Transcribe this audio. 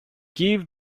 give